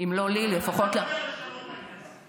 אם לא לי, לפחות, אתה לא יודע לשנות את זה.